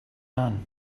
man